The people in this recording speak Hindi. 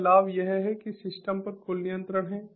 और लाभ यह है कि सिस्टम पर कुल नियंत्रण है